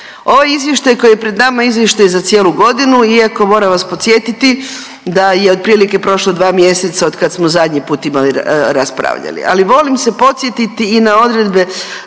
Ovaj izvještaj koji je pred nama je izvještaj za cijelu godinu iako moram vas podsjetiti da je otprilike prošlo dva mjeseca otkad smo zadnji put imali, raspravljali, ali volim se podsjetiti i na odredbe